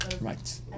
right